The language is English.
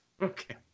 okay